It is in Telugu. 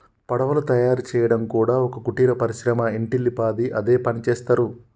పడవలు తయారు చేయడం కూడా ఒక కుటీర పరిశ్రమ ఇంటిల్లి పాది అదే పనిచేస్తరు